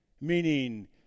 meaning